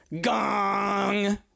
gong